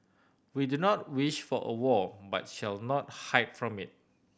we do not wish for a war but shall not hide from it